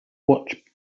watch